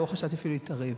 לא חשבתי אפילו להתערב.